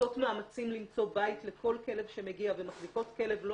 עושות מאמצים למצוא בית לכל כלב שמגיע ומחזיקות כלב לא